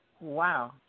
Wow